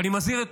ואני מזהיר את